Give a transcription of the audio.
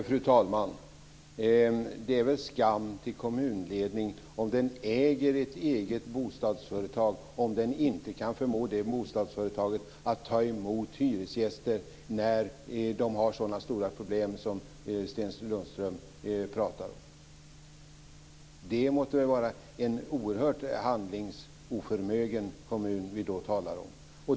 Fru talman! Det är väl skam till kommunledning om den äger ett bostadsföretag men inte kan förmå det bostadsföretaget att ta emot hyresgäster som har sådana stora problem som Sten Lundström pratar om. Det måtte vara en oerhört handlingsoförmögen kommun vi då talar om.